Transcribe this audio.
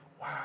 wow